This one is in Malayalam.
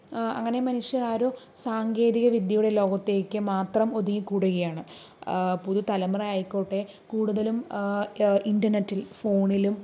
അങ്ങനെ മനുഷ്യരാരും സാങ്കേതിക വിദ്യയുടെ ലോകത്തേക്ക് മാത്രം ഒതുങ്ങി കൂടുകയാണ് പുതുതലമുറയായിക്കോട്ടെ കൂടുതലും ഇന്റർനെറ്റിൽ ഫോണിലും